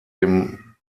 dem